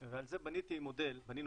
ועל זה בנינו מודל